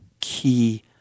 key